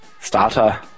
Starter